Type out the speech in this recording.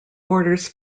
borders